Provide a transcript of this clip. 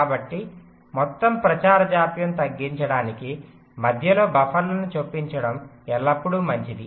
కాబట్టి మొత్తం ప్రచారం జాప్యం తగ్గించడానికి మధ్యలో బఫర్లను చొప్పించడం ఎల్లప్పుడూ మంచిది